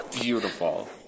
Beautiful